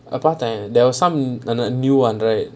பாத்தேன்:paathaen there was some new [one] right